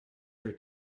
her